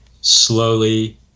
slowly